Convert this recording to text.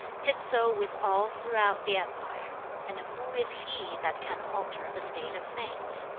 tis so with all throughout the empire and who is he that can alter the state of things?